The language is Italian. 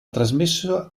trasmessa